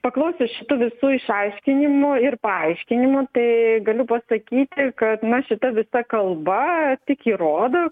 paklausius šitų visų išaiškinimų ir paaiškinimų tai galiu pasakyti kad na šita visa kalba tik įrodo